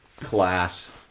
Class